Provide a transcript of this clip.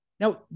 Now